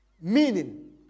meaning